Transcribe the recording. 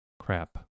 crap